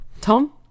Tom